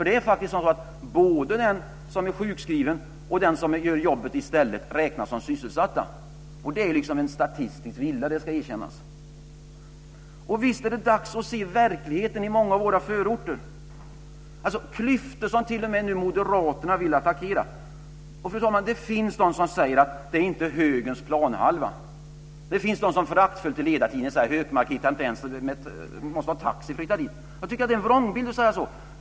Det är faktiskt så att både den som är sjukskriven och den som gör jobbet i stället räknas som sysselsatt, och det är en statistisk villa, det ska erkännas. Visst är det dags att se verkligheten i många av våra förorter; klyftor som nu t.o.m. Moderaterna vill attackera. Fru talman, det finns de som säger att det inte är högerns planhalva. Det finns de som föraktfullt hela tiden säger att Hökmark måste ha taxi för att hitta dit. Jag tycker att det är en vrångbild att säga så.